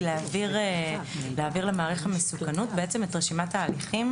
להעביר למערך המסוכנות בעצם את רשימת ההליכים